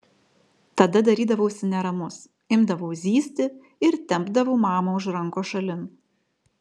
tada darydavausi neramus imdavau zyzti ir tempdavau mamą už rankos šalin